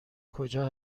کجا